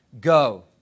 Go